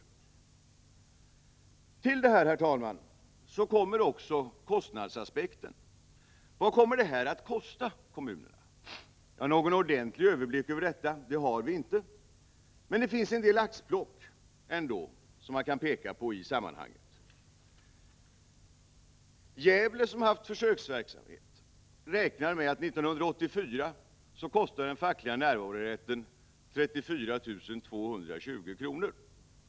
Herr talman! Till detta kommer också kostnadsaspekten. Vad kommer det här att kosta kommunerna? Någon ordentlig överblick över detta har vi inte, men det finns ändå en del axplock att peka på i detta sammanhang. Gävle, som har haft försöksverksamhet, räknar med att den fackliga närvarorätten år 1984 kostade kommunen 34 220 kr.